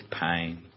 pain